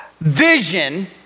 vision